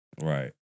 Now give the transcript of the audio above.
Right